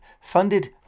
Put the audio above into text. funded